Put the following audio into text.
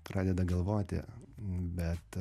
pradeda galvoti bet